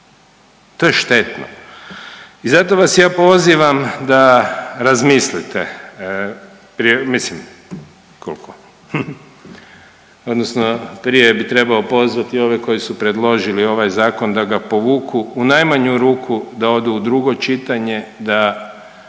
To je štetno. I zato vas ja pozivam da razmislite, mislim odnosno prije bi trebao pozvati ove koji su predložili ovaj zakon da ga povuku, u najmanju ruku da odu u drugo čitanje da